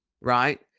right